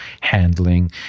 handling